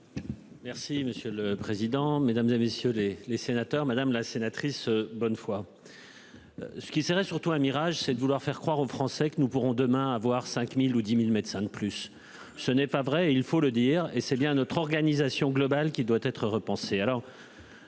Merci monsieur le président, Mesdames, et messieurs les les sénateurs, madame la sénatrice bonne foi. Ce qui serait surtout un mirage, c'est de vouloir faire croire aux Français que nous pourrons demain à voir 5000 ou 10.000 médecins de plus ce n'est pas vrai, il faut le dire et c'est bien notre organisation globale qui doit être repensée